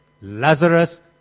Lazarus